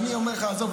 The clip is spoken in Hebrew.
אני אומר לך: עזוב,